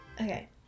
Okay